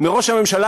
מראש הממשלה,